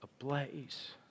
ablaze